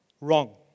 wrong